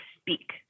speak